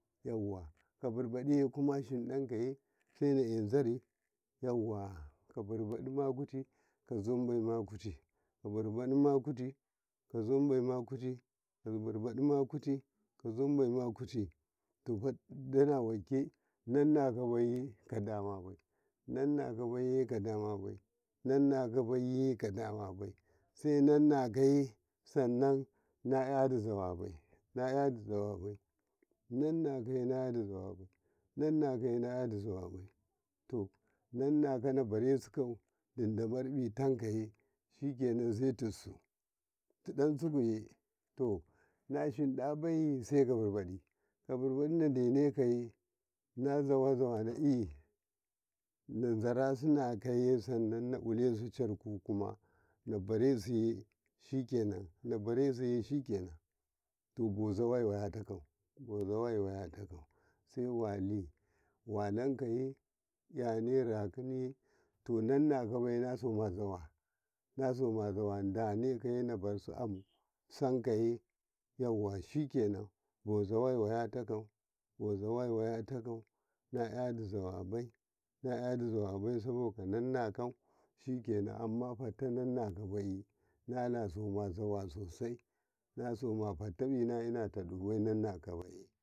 ﻿yauwa ka bibadiye inshiɗakaye sa nazare yauwa ka kabibaɗima kuti kazonbema kuti kabibaɗima kuti kazonbema kuti kabibaɗima kuti kazonbema kuti danawake nannakabe kadamabe nannakabe kadamaba nannakaye kadamaba senanna kasena naina zawabe nakyala zawabe nannakaye nakyada zawabe nannakaye nakyada zawabe to nannakako nabare su kadidamar yakaye shikken saitisu tiɗasu kuye to nashiɗabai saikabebaɗi kabibaɗi nadekaye kabibaɗi nadekaye nazawa zawa nayi nazarasina kaye nazaarasina kaye sannan naulesu charku kuma nabarasiye shikenan nabarasuye shikenan tabozawaye wayatako bazoway waya tako sai wali walakaye kyanerakinye to nannakabe nala soma zawa nasoma zawa dakaye nabarasu amu sakaye yawa shiken bazawaya tako bazowaya ya tako nakyada zawabai nakyada zawabai saboka nannako shiken fatamadi nannakobai nala soma zawa sosai nalasoma fatayi na'inatbai nannakobaye dama.